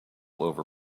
over